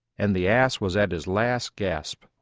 and the ass was at his last gasp.